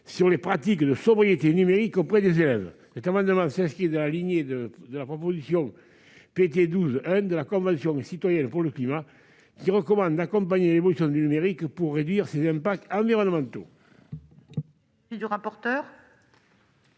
sur les pratiques de sobriété numérique. Il s'inscrit dans la lignée de la proposition de la Convention citoyenne pour le climat qui recommande d'accompagner l'évolution du numérique pour réduire ses impacts environnementaux.